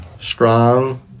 Strong